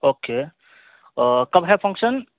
okay کب ہے function